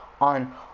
on